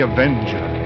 Avenger